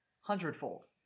Hundredfold